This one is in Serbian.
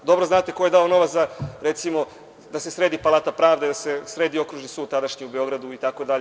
Dobro znate ko je dao novac, recimo, da se sredi Palata pravde, da se sredi Okružni sud tadašnji u Beogradu itd.